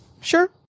Sure